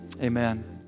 Amen